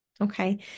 Okay